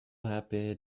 happy